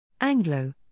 Anglo